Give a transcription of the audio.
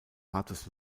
hartes